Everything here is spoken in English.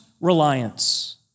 reliance